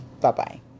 Bye-bye